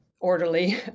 orderly